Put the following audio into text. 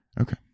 Okay